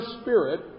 spirit